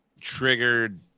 triggered